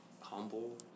humble